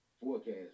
forecast